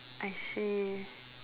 I see